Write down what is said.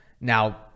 Now